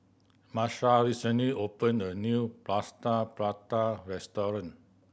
Marsha recently opened a new Plaster Prata restaurant